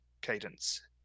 cadence